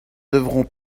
devront